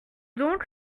donc